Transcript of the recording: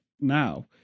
now